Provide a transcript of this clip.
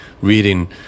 reading